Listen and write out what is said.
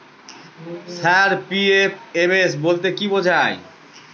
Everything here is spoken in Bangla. স্যার পি.এফ.এম.এস বলতে কি বোঝায়?